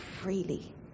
freely